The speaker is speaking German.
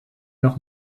noch